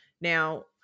Now